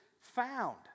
found